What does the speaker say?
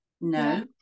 no